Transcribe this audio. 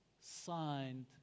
signed